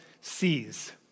sees